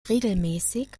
regelmäßig